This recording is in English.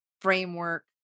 framework